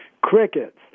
crickets